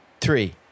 three